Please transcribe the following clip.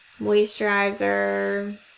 moisturizer